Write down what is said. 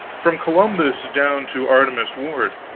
from columbus down to artemus ward.